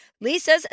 lisa's